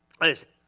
Listen